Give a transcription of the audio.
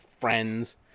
friends